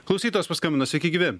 klausytojas paskambino sveiki gyvi